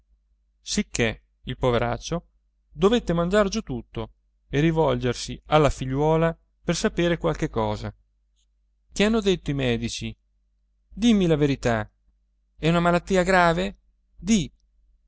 sicché il poveraccio dovette mandar giù tutto e rivolgersi alla figliuola per sapere qualche cosa che hanno detto i medici dimmi la verità è una malattia grave di